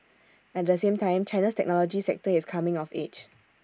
at the same time China's technology sector is coming of age